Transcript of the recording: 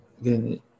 again